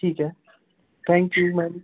ठीक है thank you ma'am